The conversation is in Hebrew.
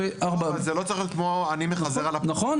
וארבע- זה לא צריך להיות כמו אני מחזר --- נכון,